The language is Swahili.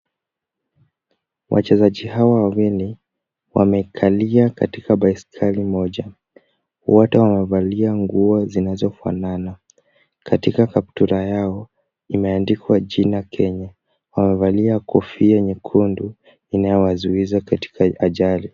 Wachezaji hawa wawili wamekalia katika baiskeli moja. Wote wamevalia nguo zinazofanana. Katika kaptura yao imeandikwa jina kenya, wamevalia kofia nyekundi inayowazuiza katika ajali.